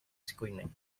screening